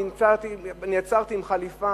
נעצרתי עם חליפה,